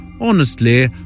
Honestly